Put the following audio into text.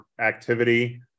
activity